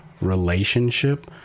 relationship